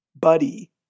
Buddy